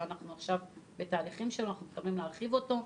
שאנחנו בתהליכים שלו ומתכוונים להרחיב אותו.